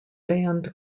band